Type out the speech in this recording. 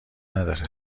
نداره